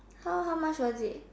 how how much was it